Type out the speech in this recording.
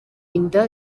inda